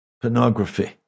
pornography